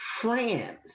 France